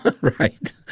Right